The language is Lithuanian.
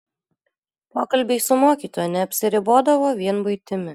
pokalbiai su mokytoja neapsiribodavo vien buitimi